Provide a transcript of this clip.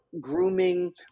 grooming